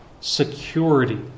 security